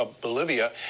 Bolivia